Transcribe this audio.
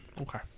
Okay